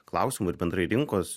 klausimų ir bendrai rinkos